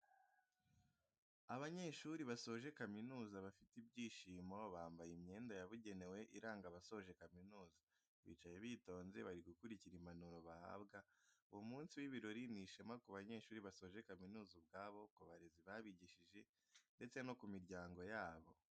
Abanyeshuri basoje kamizuza bafite ibyishimo, bambaye imyenda yabugenewe iranga abasoje kaminuza bicaye bitonze bari gukurikira impanuro bahabwa, uwo munsi w'ibirori ni ishema ku banyeshuri basoje kaminuza ubwabo, ku barezi babigishije ndetse no ku miryango yabo.